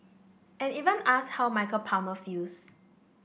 and even asked how Michael Palmer feels